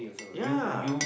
ya